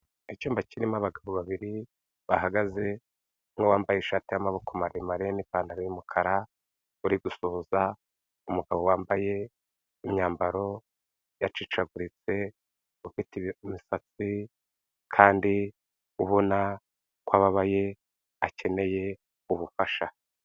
Icyumba kirimo abagabo babiri bahagaze, umwe wambaye ishati y'amaboko maremare n'ipantaro y'umukara, uri gusuhuza umugabo wambaye imyambaro yacikaguritse ufite imisatsi kandi ubona ko ababaye akeneye ubufasha